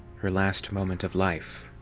her last moment of life.